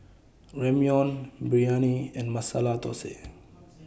Ramyeon Biryani and Masala Dosa